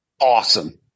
awesome